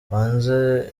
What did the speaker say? banze